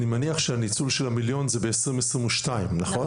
אני מניח שהניצול של המיליון זה ב-2022 נכון?